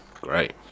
Great